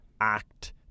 act